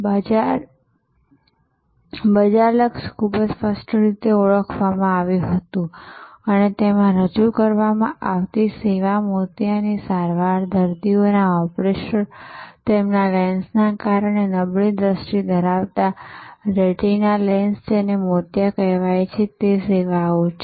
લક્ષ્ય બજાર ખૂબ જ સ્પષ્ટ રીતે ઓળખવામાં આવ્યું હતું અને એમાં રજૂ કરવામાં આવતી સેવા મોતિયાની સારવાર દર્દીઓના ઓપરેશન તેમના લેન્સના કારણે નબળી દ્રષ્ટિ ધરાવતા રેટિના લેન્સ જેને મોતિયા કહેવાય છે તે સેવાઓ છે